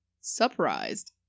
surprised